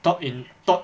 top in top